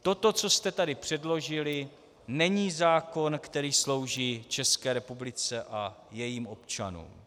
Toto, co jste tu předložili, není zákon, který slouží České republice a jejím občanům.